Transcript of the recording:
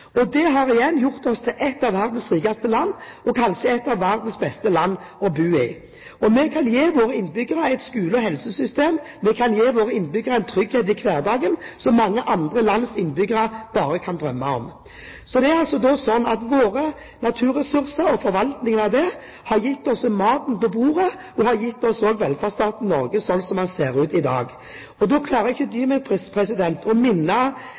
har igjen gjort oss til et av verdens rikeste land, og kanskje et av verdens beste land å bo i. Vi kan gi våre innbyggere et skole- og helsetilbud, og vi kan gi våre innbyggere en trygghet i hverdagen, som mange andre lands innbyggere bare kan drømme om. Våre naturressurser og forvaltningen av dem har gitt oss maten på bordet og har også gitt oss velferdsstaten Norge, slik som den ser ut i dag. Da klarer jeg ikke å dy meg for å minne